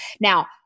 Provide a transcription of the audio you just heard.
Now